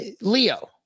Leo